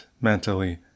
mentally